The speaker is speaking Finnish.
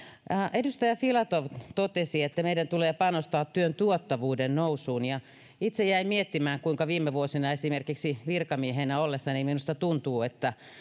edustaja filatov totesi että meidän tulee panostaa työn tuottavuuden nousuun ja itse jäin miettimään kuinka viime vuosina esimerkiksi virkamiehenä ollessani minusta tuntui että